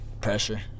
Pressure